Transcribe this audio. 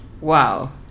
Wow